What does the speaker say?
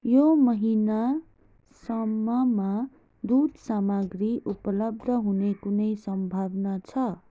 यो महिनासम्ममा दुध सामग्री उपलब्ध हुने कुनै सम्भावना छ